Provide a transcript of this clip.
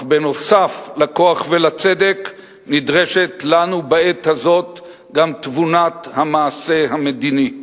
אך נוסף על הכוח והצדק נדרשת לנו בעת הזאת גם תבונת המעשה המדיני.